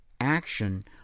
action